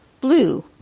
blue